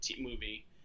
movie